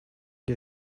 der